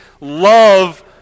love